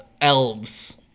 elves